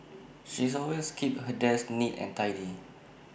she's always keeps her desk neat and tidy